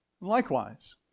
Likewise